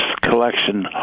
collection